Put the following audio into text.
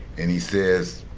and he says,